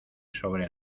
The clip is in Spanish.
sobre